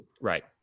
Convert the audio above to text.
Right